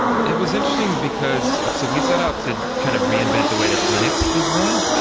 it was interesting, because so we set out to kind of reinvent the way that linux was run.